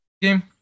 game